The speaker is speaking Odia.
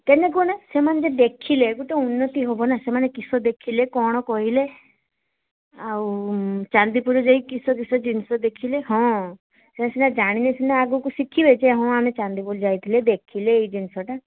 କେନେ କୁହନା ସେମାନେ ଯେ ଦେଖିଲେ ଗୋଟେ ଉନ୍ନତି ହବନା ସେମାନେ କିସ ଦେଖିଲେ କ'ଣ କହିଲେ ଆଉ ଚାନ୍ଦିପୁର ଯାଇ କିସ କିସ ଜିନିଷ ଦେଖିଲେ ହଁ ସେ ସିନା ଜାଣିଲେ ସିନା ଆଗକୁ ଶିଖିବେ ଯେ ହଁ ଆମେ ଚାନ୍ଦିପୁର ଯାଇଥିଲେ ଦେଖିଲେ ଏଇ ଜିନିଷଟା